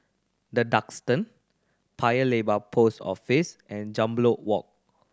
The Duxton Paya Lebar Post Office and Jambol Walk